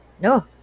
no